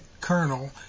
Colonel